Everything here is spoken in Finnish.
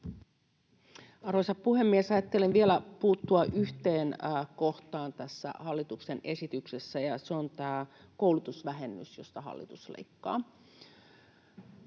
Arvoisa puhemies! Ajattelin vielä puuttua yhteen kohtaan tässä hallituksen esityksessä, ja se on tämä koulutusvähennys, josta hallitus leikkaa.